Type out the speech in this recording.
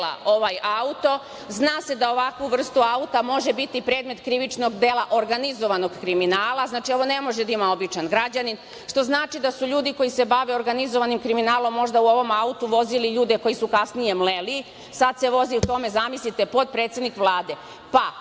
ovaj auto… Zna se da ovakva vrsta auta može biti predmet krivičnog dela organizovanog kriminala. Znači, ovo ne može da ima običan građanin, što znači da su ljudi koji se bave organizovanim kriminalom možda u ovom autu vozili ljude koje su kasnije mleli. Sada se vozi u tome, zamislite, potpredsednik Vlade.